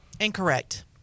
Incorrect